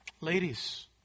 Ladies